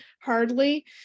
hardly